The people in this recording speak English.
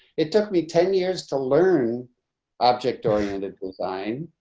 it took me ten years to learn object oriented design,